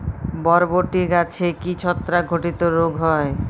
বরবটি গাছে কি ছত্রাক ঘটিত রোগ হয়?